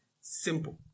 Simple